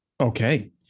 okay